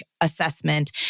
assessment